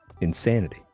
insanity